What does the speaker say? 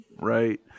Right